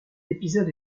épisode